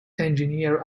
engineered